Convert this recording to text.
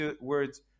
words